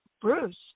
Bruce